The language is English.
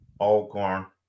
Allcorn